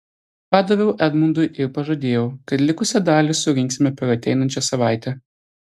padaviau edmundui ir pažadėjau kad likusią dalį surinksime per ateinančią savaitę